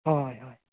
ᱦᱳᱭ ᱦᱳᱭ